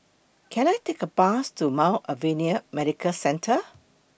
Can I Take A Bus to Mount Alvernia Medical Centre